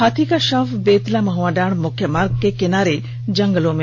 हाथी का शव बेतला महआडांड मुख्य मार्ग के किनारे जंगलों में मिला